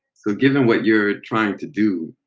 so given what you're trying to do,